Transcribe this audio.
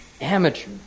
Amateur